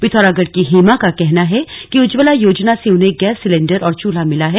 पिथौरागढ़ की हेमा का कहना है कि उज्ज्वला योजना से उन्हें गैस सिलेंडर और चूल्हा मिला है